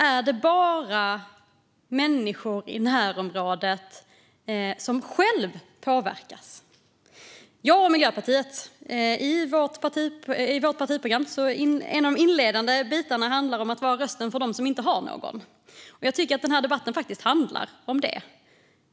Är det bara människor i närområdet som själva påverkas? Vi i Miljöpartiet har som en av de inledande bitarna i vårt partiprogram att vi vill vara rösten för dem som inte har någon. Jag tycker faktiskt att den här debatten handlar om det.